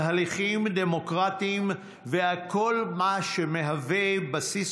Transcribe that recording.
על הליכים דמוקרטיים ועל כל מה שמהווה בסיס